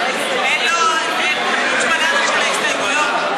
אין לו פונץ'-בננה של ההסתייגויות.